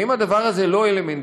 האם הדבר הזה לא אלמנטרי,